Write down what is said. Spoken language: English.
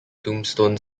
tombstone